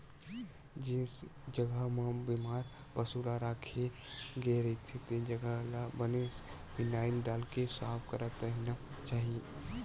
जेन जघा म बेमार पसु ल राखे गे रहिथे तेन जघा ल बने फिनाईल डालके साफ करत रहिना चाही